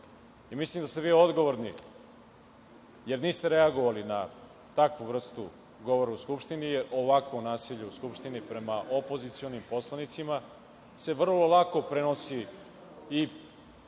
Mislim da ste odgovorni jer niste reagovali na takvu vrstu govora u Skupštini, jer ovako nasilje u Skupštini prema opozicionim poslanicima se vrlo lako prenosi i